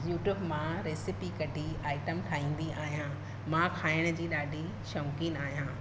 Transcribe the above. YouTube मां recipe कढी item ठाहींदी आहियां मां खाइण जी ॾाढी शौक़ीनि आहियां